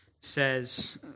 says